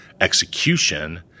execution